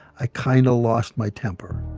i kind of lost my temper.